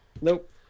Nope